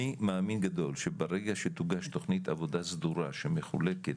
אני מאמין גדול שברגע שתוגש תוכנית עבודה סדורה שמחולקת